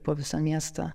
po visą miestą